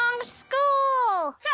school